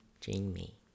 Jamie